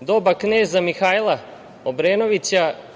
doba kneza Mihaila Obrenovića,